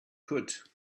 could